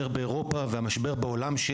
באירופה והמשבר בעולם,